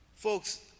Folks